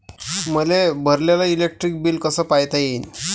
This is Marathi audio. मले भरलेल इलेक्ट्रिक बिल कस पायता येईन?